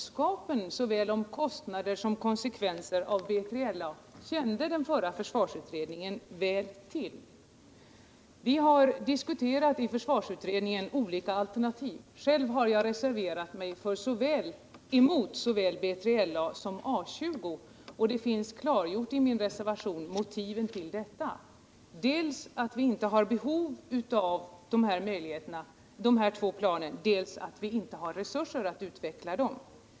Såväl kostnaderna för som konsekvenserna av B3LA kände den förra försvarsutredningen väl till. Vi diskuterade i försvarsutredningen olika Försvarspolitiken, alternativ. Själv reserverade jag mig emot såväl BILA som A 20, och motiven till detta klargjordes i min reservation: dels har vi inte behov av dessa två plan, dels har vi inte resurser att utveckla dem.